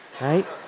right